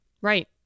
Right